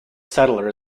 settler